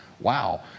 wow